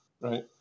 right